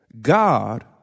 God